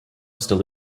still